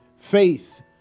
Faith